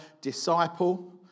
disciple